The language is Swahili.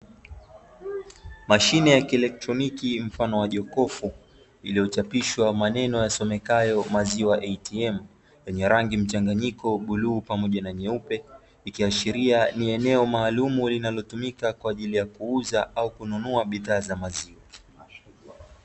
Mashine ya kielektroniki mfano wa jokofu iliyochapishwa maneno yasomekayo "maziwa ATM" yenye rangi mchanganyiko wa bluu pamoja na nyeupe, ikiashiria ni eneo maalumu linalotumika kuuza au kununua bidhaa za maziwa.